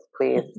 please